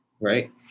right